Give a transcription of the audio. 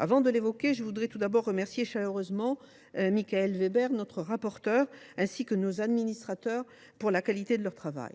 Avant de l’évoquer, je tiens à remercier chaleureusement Michaël Weber, notre rapporteur, et le secrétariat de la commission pour la qualité de leur travail.